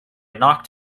knocked